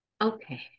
Okay